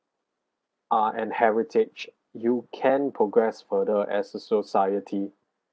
uh and heritage you can progress further as a society